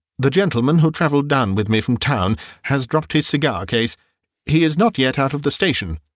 the gentleman who travelled down with me from town has dropped his cigar-case he is not yet out of the station.